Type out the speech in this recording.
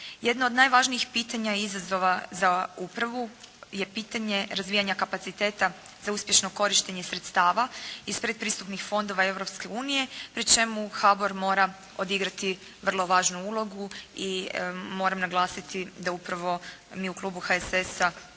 Jedno od najvažnijih pitanja izazova za upravu je pitanje razvijanja kapaciteta za uspješno korištenje sredstava iz predpristupnih fondova Europske unije pri čemu HABOR mora odigrati vrlo važnu ulogu i moram naglasiti da upravo mi u Klubu HSS-a